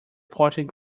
potent